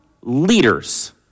leaders